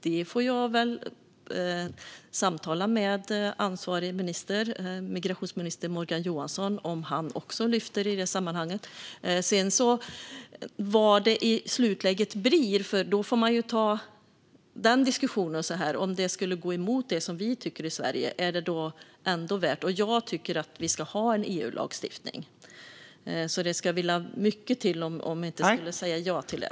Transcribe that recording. Det får jag väl samtala med ansvarig minister, migrationsminister Morgan Johansson, om och höra om han också lyfter fram det. Sedan får vi diskutera vad det i slutändan blir. Är det värt det även om det skulle gå emot det som vi i Sverige tycker? Jag tycker att vi ska ha en EU-lagstiftning. Det ska mycket till för att vi inte ska säga ja till det.